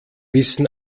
wissen